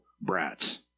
brats